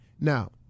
Now